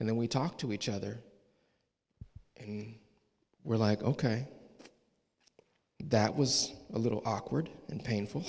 and then we talk to each other and we're like ok that was a little awkward and painful